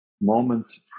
moments